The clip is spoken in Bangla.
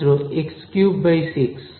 ছাত্র এক্স কিউব বাই সিক্স